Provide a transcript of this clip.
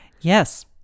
Yes